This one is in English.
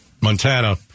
Montana